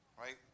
right